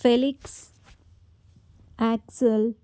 Felix axle